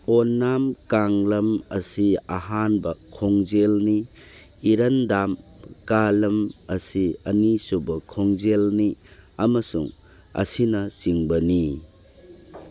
ꯑꯣꯟꯅꯥꯝ ꯀꯥꯡꯂꯝ ꯑꯁꯤ ꯑꯍꯥꯟꯕ ꯈꯣꯡꯖꯦꯜꯅꯤ ꯏꯔꯟ ꯗꯥꯝ ꯀꯥꯂꯝ ꯑꯁꯤ ꯑꯅꯤ ꯁꯨꯕ ꯈꯣꯡꯖꯦꯜꯅꯤ ꯑꯃꯁꯨꯡ ꯑꯁꯤꯅꯆꯤꯡꯕꯅꯤ